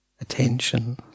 attention